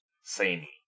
samey